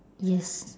yes